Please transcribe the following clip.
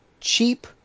cheap